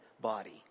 body